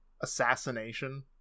assassination